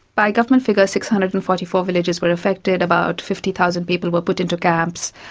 by government figures six hundred and forty four villages were affected, about fifty thousand people were put into camps,